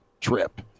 trip